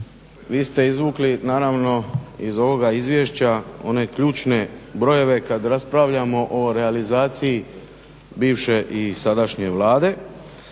vi ste izvukli naravno iz ovoga Izvješća one ključne brojeve kad raspravljamo o realizaciji bivše i sadašnje Vlade.